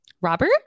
Robert